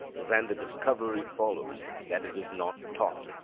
than the discovery follows that it is not taught.